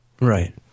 Right